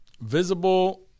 Visible